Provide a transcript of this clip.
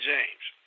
James